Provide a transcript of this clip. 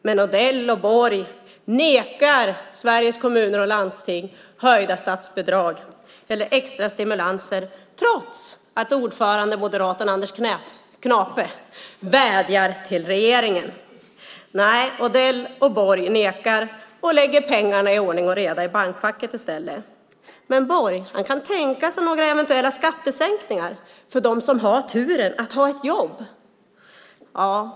Men Odell och Borg nekar Sveriges Kommuner och Landsting höjda statsbidrag eller extra stimulanser, trots att ordföranden, moderaten Anders Knape, vädjar till regeringen. Nej, Odell och Borg nekar och lägger pengarna i ordning och reda i bankfacket i stället. Men Borg kan tänka sig några eventuella skattesänkningar för dem som har turen att ha ett jobb.